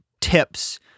tips